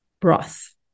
broth